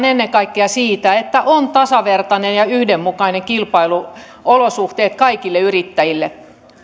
ennen kaikkea siitä että on tasavertaiset ja ja yhdenmukaiset kilpailuolosuhteet kaikille yrittäjille